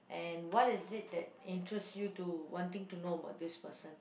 and what is it that interest you to wanting to know about this person